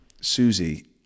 Susie